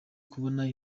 kubona